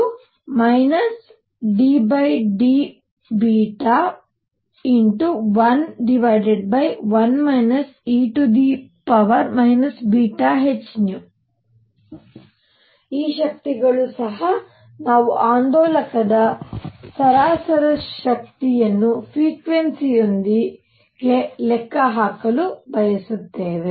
ಇದು ddβ11 e βhν ಈ ಶಕ್ತಿಗಳು ಸಹ ನಾವು ಆಂದೋಲಕದ ಸರಾಸರಿ ಶಕ್ತಿಯನ್ನು ಫ್ರೀಕ್ವನ್ಸಿ ಯೊಂದಿಗೆ ಲೆಕ್ಕಹಾಕಲು ಬಯಸುತ್ತೇವೆ